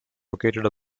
located